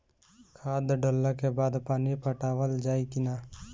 खाद डलला के बाद पानी पाटावाल जाई कि न?